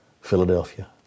Philadelphia